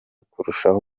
kurushaho